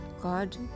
God